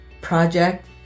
project